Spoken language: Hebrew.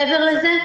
מעבר לזה,